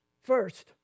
First